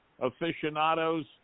aficionados